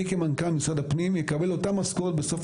אני כמנכ"ל משרד הפנים אקבל אותה משכורת בסוף